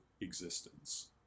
existence